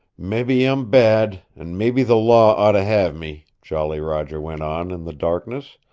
mebby i'm bad, and mebby the law ought to have me, jolly roger went on in the darkness,